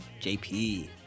JP